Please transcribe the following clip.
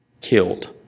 killed